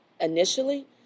initially